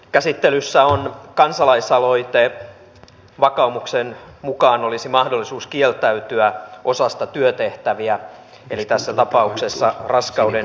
käsittelyssä on kansalaisaloite siitä että vakaumuksen mukaan olisi mahdollisuus kieltäytyä osasta työtehtäviä eli tässä tapauksessa raskauden keskeyttämisestä